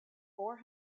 four